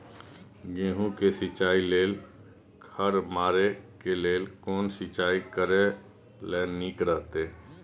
गेहूँ के सिंचाई लेल खर मारे के लेल कोन सिंचाई करे ल नीक रहैत?